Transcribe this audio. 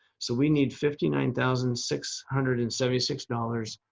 so we need fifty nine thousand six hundred and seventy six dollars